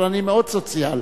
אבל אני מאוד סוציאל.